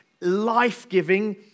life-giving